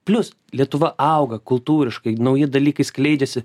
plius lietuva auga kultūriškai nauji dalykai skleidžiasi